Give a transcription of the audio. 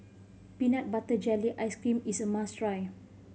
peanut butter jelly ice cream is a must try